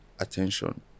attention